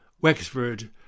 Wexford